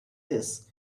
this